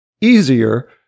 easier